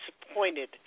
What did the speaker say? disappointed